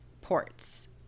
ports